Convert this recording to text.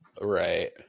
Right